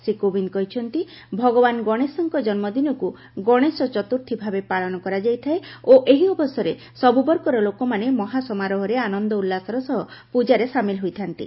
ଶ୍ରୀ କୋବିନ୍ଦ କହିଛନ୍ତି ଭଗବାନ ଗଣେଶଙ୍କ ଜନ୍ମଦିନକୁ ଗଣେଶ ଚତୁର୍ଥୀ ଭାବେ ପାଳନ କରାଯାଇଥାଏ ଓ ଏହି ଅବସରରେ ସବୁବର୍ଗର ଲୋକମାନେ ମହାସମାରୋହରେ ଆନନ୍ଦ ଉଲ୍ଲାସର ସହ ପ୍ରଜାରେ ସାମିଲ ହୋଇଥାନ୍ତି